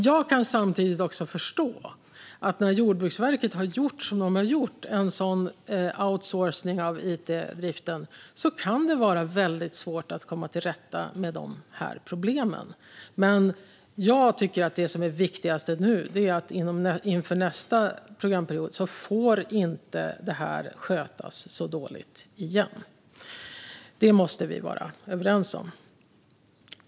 Jag kan samtidigt förstå att när Jordbruksverket har gjort som det har gjort, en outsourcing av it-driften, kan det vara väldigt svårt att komma till rätta med problemen. Det viktigaste inför nästa programperiod är att det inte får skötas så dåligt igen. Det måste vi vara överens om. Fru talman!